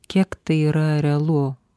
kiek tai yra realu